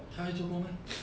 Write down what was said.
她要做工 meh